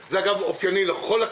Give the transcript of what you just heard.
צעירים שעכשיו סיימו את הלימודים,